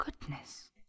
goodness